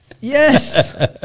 Yes